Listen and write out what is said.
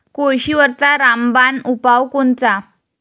कोळशीवरचा रामबान उपाव कोनचा?